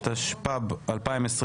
,התשפ"ב-2021